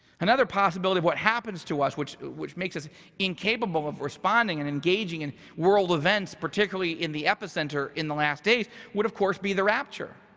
another possibility of what happens to us, which which makes us incapable of responding and engaging in world events, particularly in the epicenter in the last days, would of course be the rapture.